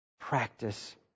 practice